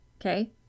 Okay